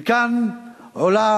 וכאן עולה,